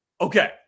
Okay